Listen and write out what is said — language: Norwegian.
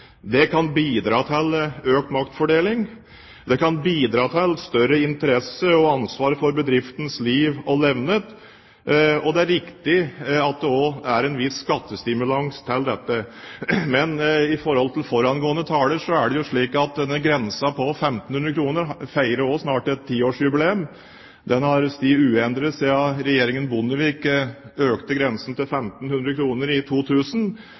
Det kan bidra til økt maktfordeling, og det kan bidra til større interesse og ansvar for bedriftens liv og levnet. Det er riktig at det også er en viss skattestimulans til dette. Og til foregående taler: Det er slik at denne grensen på 1 500 kr snart feirer 10-årsjubileum. Den har stått uendret siden regjeringen Bondevik økte grensen til 1 500 kr i 2000.